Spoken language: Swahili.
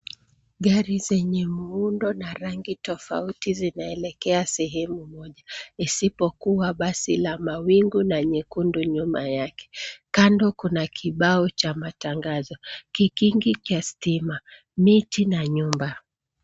Gari zenye muundo na rangi tofauti zinaelekea sehemu moja isipokuwa basi la mawingu nyekundu nyuma yake. Kando kuna kibao cha matangazo, kikingi cha stima, miti na nyumba.